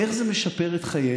איך זה משפר את חיינו?